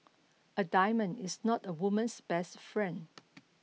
a diamond is not a woman's best friend